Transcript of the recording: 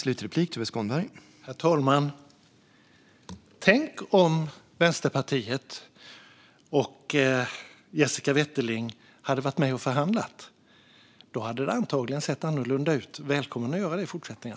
Herr talman! Tänk om Vänsterpartiet och Jessica Wetterling hade varit med och förhandlat! Då hade det antagligen sett annorlunda ut. Välkomna att göra det i fortsättningen!